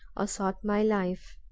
or sought my life.